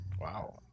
Wow